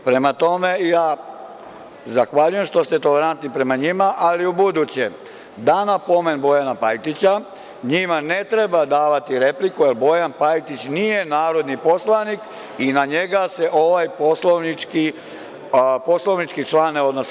Prema tome, ja zahvaljujem što ste tolerantni prema njima, ali ubuduće da na pomen Bojana Pajtića njima ne treba davati repliku jer Bojan Pajtić nije narodni poslanik i na njega se ovaj poslovnički član ne odnosi.